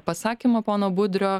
pasakymą pono budrio